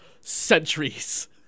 centuries